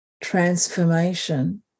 transformation